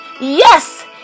Yes